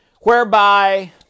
whereby